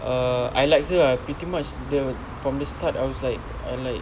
uh I like her ah pretty much the from the start I was like I like